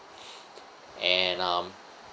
and um